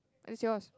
where's yours